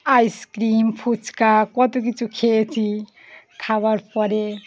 ice cream phuchka কত কিছু খেয়েছি খাওয়ার পরে